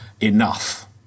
enough